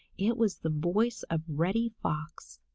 it was the voice of reddy fox.